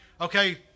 okay